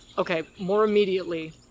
okay, more immediately.